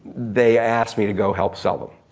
they asked me to go help sell them.